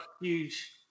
huge